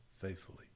faithfully